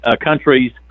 countries